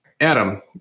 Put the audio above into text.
Adam